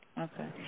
Okay